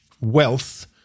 wealth